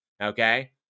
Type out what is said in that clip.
Okay